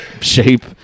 shape